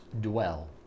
dwell